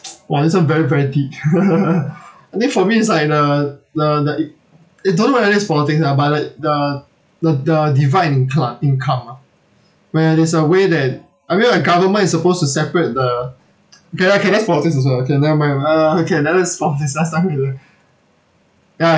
!wah! this one very very deep I think for me is like the the the it it don't really support this lah but like the the divide inclu~ income ah where there's a way that I mean like government is supposed to separate the okay okay that's politics also okay never mind uh okay let us ya